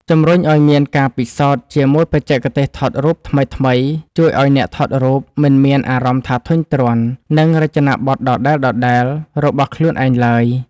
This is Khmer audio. ជម្រុញឱ្យមានការពិសោធន៍ជាមួយបច្ចេកទេសថតរូបថ្មីៗជួយឱ្យអ្នកថតរូបមិនមានអារម្មណ៍ថាធុញទ្រាន់នឹងរចនាបថដដែលៗរបស់ខ្លួនឯងឡើយ។